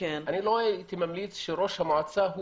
אני לא הייתי ממליץ שראש המועצה הוא